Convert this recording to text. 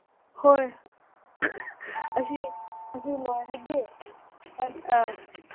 ꯍꯣꯏ ꯑꯁꯤ ꯂꯣꯏꯔꯗꯤ ꯑ